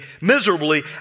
miserably